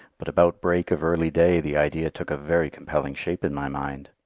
but about break of early day the idea took a very compelling shape in my mind.